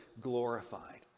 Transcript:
glorified